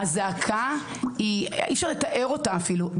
הזעקה היא אי אפשר לתאר אותה אפילו,